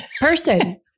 person